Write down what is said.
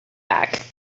back